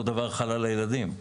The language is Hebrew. אותו דבר חל על הילדים.